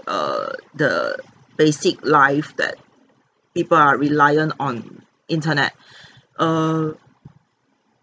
err the basic life that people are reliant on internet err